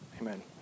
Amen